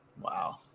Wow